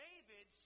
David